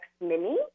Mini